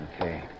Okay